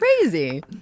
crazy